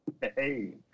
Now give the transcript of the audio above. Hey